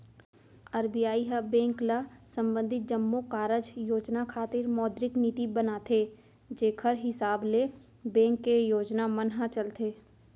RBI ह bank ल संबंधित जम्मो कारज योजना खातिर मौद्रिक नीति बनाथे जेखर हिसाब ले बेंक के योजना मन ह चलथे